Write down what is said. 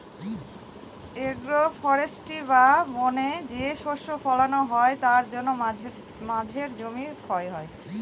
agro forestry বা বনে যে শস্য ফলানো হয় তার জন্য মাঝের জমি ক্ষয় হয়